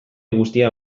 guztia